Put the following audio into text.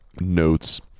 notes